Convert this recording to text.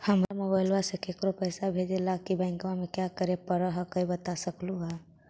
हमरा मोबाइलवा से केकरो पैसा भेजे ला की बैंकवा में क्या करे परो हकाई बता सकलुहा?